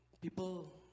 people